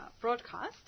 broadcast